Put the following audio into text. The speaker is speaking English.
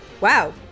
Wow